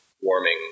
warming